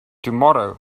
tomorrow